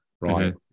right